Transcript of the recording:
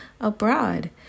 abroad